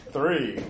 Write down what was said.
Three